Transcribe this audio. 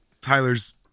Tyler's